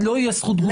לא תהיה זכות תגובה.